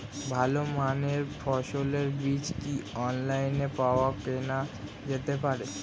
ভালো মানের ফসলের বীজ কি অনলাইনে পাওয়া কেনা যেতে পারে?